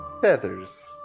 feathers